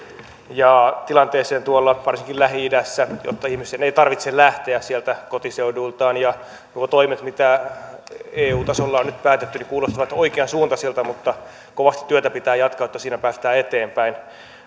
ja tilanteeseen varsinkin tuolla lähi idässä jotta ihmisten ei tarvitse lähteä sieltä kotiseuduiltaan nuo toimet mitä eu tasolla on nyt päätetty kuulostavat oikeansuuntaisilta mutta kovasti työtä pitää jatkaa että siinä päästään eteenpäin